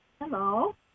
Hello